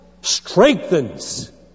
strengthens